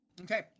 Okay